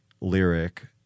lyric